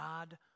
God